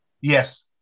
yes